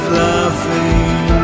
laughing